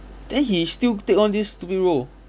then he still take on this stupid role